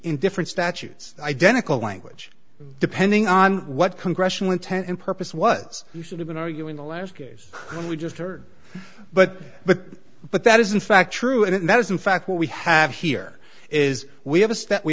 in different statutes identical language depending on what congressional intent and purpose was you should have been arguing the last case when we just heard but but but that is in fact true and that is in fact what we have here is we